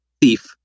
Thief